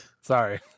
Sorry